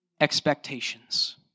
expectations